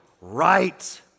right